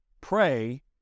Pray